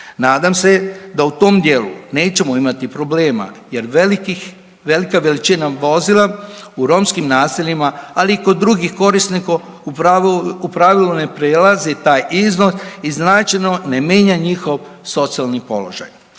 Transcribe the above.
Nadam se da u tom dijelu nećemo imati problema jer velikih, velika većina vozila u romskim naseljima, ali i kod drugih korisnika u pravilu ne prelazi taj iznos i značajno ne mijenja njihov socijalni položaj.